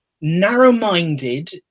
narrow-minded